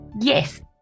Yes